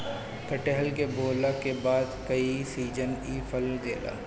कटहल के बोअला के बाद कई सीजन इ फल देला